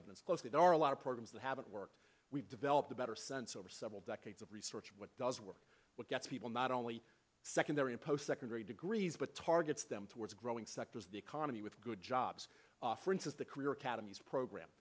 seven closely there are a lot of programs that haven't worked we've developed a better sense over several decades of research what does work what gets people not only secondary and post secondary degrees but targets them towards growing sectors of the economy with good jobs for instance the career academies program